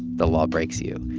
the law breaks you.